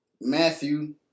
Matthew